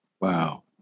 Wow